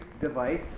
device